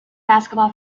basketball